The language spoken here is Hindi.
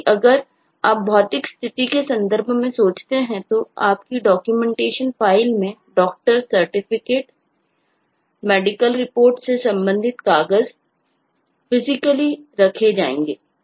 क्योंकि अगर आप भौतिक स्थिति के संदर्भ में सोचते हैं तो आपकी डॉक्यूमेंटेशन फाइल में डॉक्टर सर्टिफिकेट मेडिकल रिपोर्ट्स से संबंधित कागज फिजिकली रखे जाएंगे